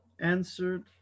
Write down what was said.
answered